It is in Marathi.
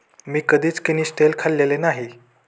मी कधीच किनिस्टेल खाल्लेले नाही